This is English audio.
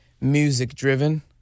music-driven